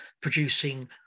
producing